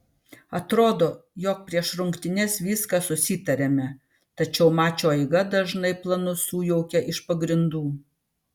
atrodo jog prieš rungtynes viską susitariame tačiau mačo eiga dažnai planus sujaukia iš pagrindų